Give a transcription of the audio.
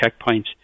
checkpoints